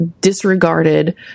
disregarded